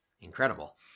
Incredible